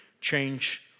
change